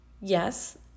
Yes